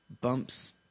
bumps